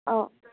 অঁ